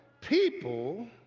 people